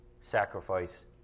sacrifice